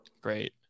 Great